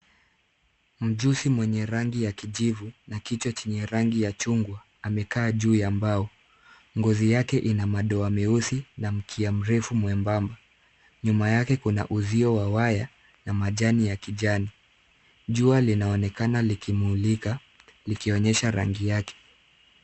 Mjusi mwenye rangi ya kijivu na kichwa chenye rangi ya chungwa amekaa juu ya mbao. Ngozi yake ina madowa meusi na mkia mrefu mwembamba. Nyuma yake kuna uvio wa waya na majani ya kijani. Jua linaonekana likimulika, likionyesha rangi yake.